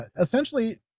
essentially